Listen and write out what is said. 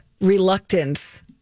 reluctance